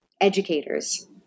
educators